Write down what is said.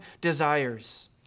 desires